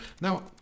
Now